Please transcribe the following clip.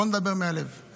בוא נדבר מהלב.